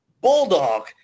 Bulldog